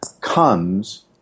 comes